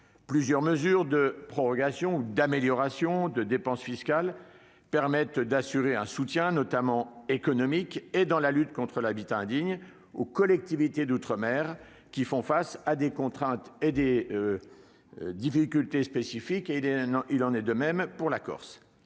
Plusieurs mesures de prorogation ou d'amélioration de dépenses fiscales assurent un soutien, notamment économique ou dans la lutte contre l'habitat indigne, aux collectivités d'outre-mer, qui font face à des contraintes et à des difficultés spécifiques. Il en est de même pour la Corse.